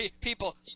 People